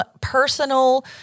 personal